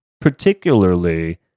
particularly